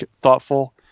thoughtful